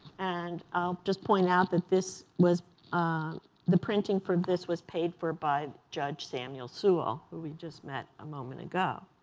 and i'll just point out that this was the printing for this was paid for by judge samuel sewall, who we just met a moment ago.